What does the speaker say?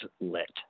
lit